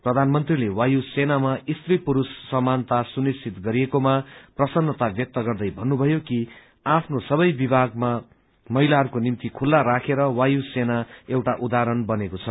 प्रधानमन्त्रीले वायु सेनामा स्त्री पुरूष समानता सुनिश्वित गरिएकोमा प्रसत्रता व्यक्त गर्दै भन्नुभयो कि आफ्नो सबै विभाग महिलाहरूको निम्ति खुल्ला राखेर वायु सेना एउटा उदाहरण बनेका छन्